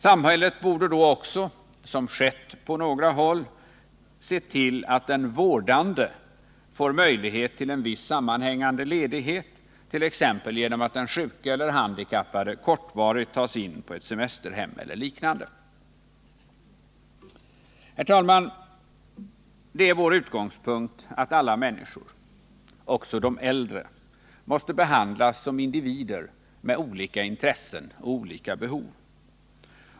Samhället borde då också, som skett på några håll, se till att den vårdande får möjlighet till en viss sammanhängande ledighet, t.ex. genom att den sjuke eller handikappade kortvarigt tas in på ett semesterhem eller liknande. Herr talman! Det är vår utgångspunkt att alla människor — också de äldre — måste behandlas som individer med olika intressen och behov.